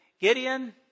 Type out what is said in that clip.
Gideon